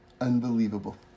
unbelievable